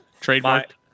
trademark